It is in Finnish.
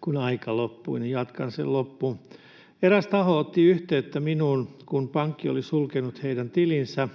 kun aika loppui, niin jatkan sen loppuun. Eräs taho otti yhteyttä minuun, kun pankki oli sulkenut heidän tilinsä,